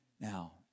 Now